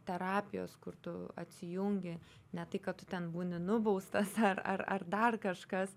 terapijos kur tu atsijungi ne tai kad tu ten būni nubaustas ar ar ar dar kažkas